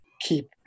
keep